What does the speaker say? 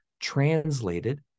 translated